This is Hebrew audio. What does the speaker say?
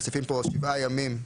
מוסיפים פה שבעה ימים,